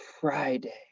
Friday